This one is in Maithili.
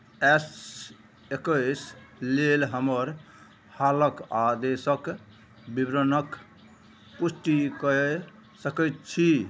एस एकैस लेल हमर हालक आदेशक विवरणक पुष्टि कय सकैत छी